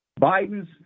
Biden's